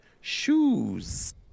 shoes